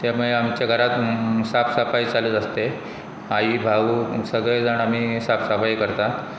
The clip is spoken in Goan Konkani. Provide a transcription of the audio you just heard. त्या मुळे आमच्या घरांत साफ सफाई चालूत आसता आई भाऊ सगळे जाण आमी साफ सफाई करतात